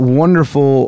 wonderful